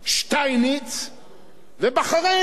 שטייניץ ובחריין,